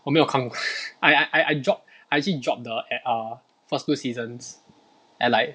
我没有看 I I I I dropped I actually dropped the err first two seasons at like